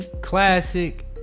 classic